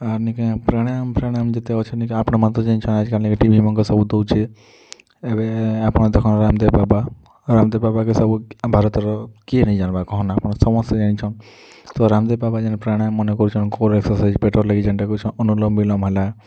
ଆର୍ ନିକେ ପ୍ରାଣାୟମ୍ ଫ୍ରାଣାୟମ୍ ଯେତେ ଅଛେ ନିକେ ଆପଣ ମାନେ ତ ଜାଣିଛନ୍ ଆଜିକାଲି ଟି ଭି ମାନକେ ସବୁ ଦେଉଛେ ଏବେ ଆପଣ୍ ଦେଖୁନ୍ ରାମଦେବ୍ ବାବା ରାମଦେବ୍ ବାବାକେ ସବୁ ଭାରତର କିଏ ନାଇଁ ଜାଣବାର୍ କହୁନ୍ ଆପଣ ସମସ୍ତେ ଜାଣିଛନ୍ ତ ରାମଦେବ୍ ବାବା ଯେନ୍ ପ୍ରାଣାୟମ୍ ମାନେ କରୁଛନ୍ ଘୋର୍ ଏକ୍ସରସାଇଜ୍ ପେଟର୍ ଲାଗି ଯେନଟା ଅନୁଲମ୍ ବିଲୋମ୍ ହେଲା